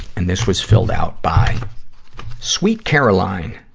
and this was filled out by sweet caroline.